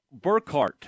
Burkhart